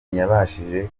ntiyabashije